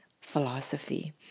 philosophy